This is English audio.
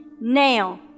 Now